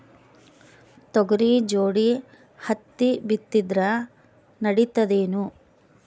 ತೊಗರಿ ಜೋಡಿ ಹತ್ತಿ ಬಿತ್ತಿದ್ರ ನಡಿತದೇನು?